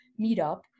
meetup